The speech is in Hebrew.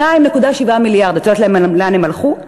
2.7 מיליארד, את יודעת לאן הם הלכו?